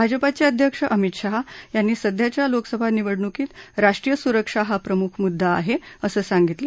भाजपाचे अध्यक्ष अमित शहा यांनी सध्याच्या लोकसभा निवडणुकीत राष्ट्रीय सुरक्षा हा प्रमुख मुद्दा आहे असं सांगितलं